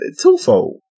twofold